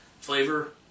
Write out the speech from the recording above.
Flavor